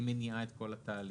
היא מניעה את כל התהליך.